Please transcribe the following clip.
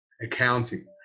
accounting